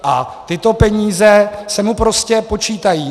A tyto peníze se mu prostě počítají.